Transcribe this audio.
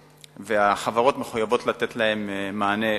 החברות מחויבות לתת להם מענה,